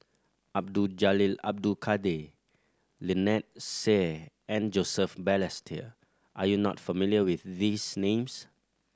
Abdul Jalil Abdul Kadir Lynnette Seah and Joseph Balestier are you not familiar with these names